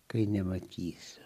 kai nematys